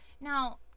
Now